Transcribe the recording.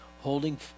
holding